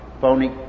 phony